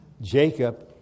Jacob